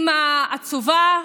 אימא עצובה,